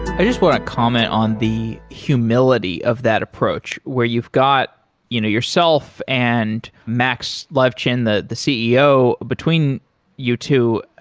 i just want to comment on the humility of that approach where you've you know yourself and max levchin, the the ceo between you two,